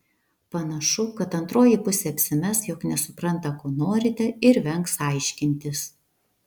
panašu kad antroji pusė apsimes jog nesupranta ko norite ir vengs aiškintis